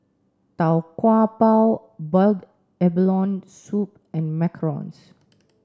Tau Kwa Pau boiled abalone soup and Macarons